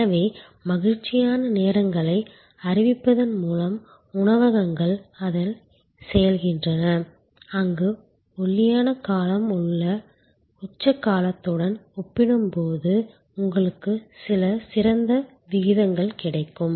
எனவே மகிழ்ச்சியான நேரங்களை அறிவிப்பதன் மூலம் உணவகங்கள் அதைச் செய்கின்றன அங்கு ஒல்லியான காலம் உச்ச காலத்துடன் ஒப்பிடும்போது உங்களுக்கு சில சிறந்த விகிதங்கள் கிடைக்கும்